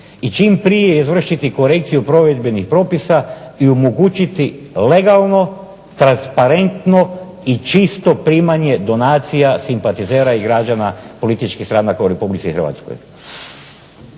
i čim prije izvršiti korekciju provedbenih propisa i omogućiti legalno, transparentno i čisto primanje donacija simpatizera i građana političkih stranaka u Republici Hrvatskoj.